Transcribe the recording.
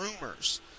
rumors